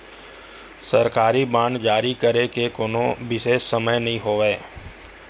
सरकारी बांड जारी करे के कोनो बिसेस समय नइ होवय